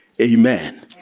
Amen